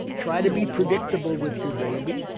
try to be predictable with your baby,